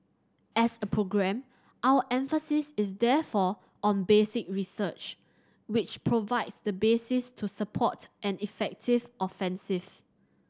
as a programme our emphasis is therefore on basic research which provides the basis to support an effective offensive